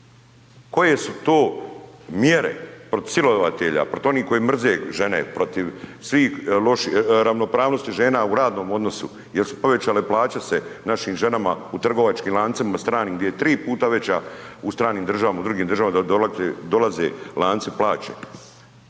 Koje su to mjere protiv silovatelja, protiv onih koji mrze žene, protiv svih loši, ravnopravnosti žena u radnom odnosu jel su povećale plaće se našim ženama u trgovačkim lancima stranim gdje je tri puta veća, u stranim državama, u drugim državama, da dolaze lanci plaće?